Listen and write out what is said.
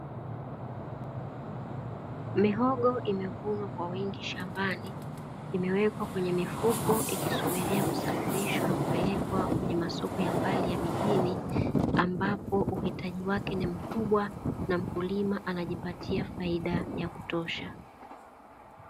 Mihogo imevunwa kwa wingi shambani, imewekwa kwenye mifuko, ikisubiria kusafirishwa kupelekwa kwenye masoko ya mbali ya mijini, ambapo uhitaji wake ni mkubwa na mkulima anajipatia faida ya kutosha.